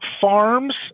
farms